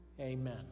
Amen